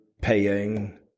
paying